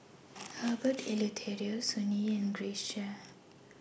Herbert Eleuterio Sun Yee and Grace Chia